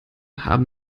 haben